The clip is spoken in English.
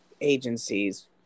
agencies